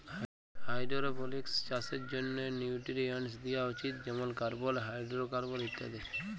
hydroponics চাষের জ্যনহে nutrients দিয়া উচিত যেমল কার্বল, হাইডোরোকার্বল ইত্যাদি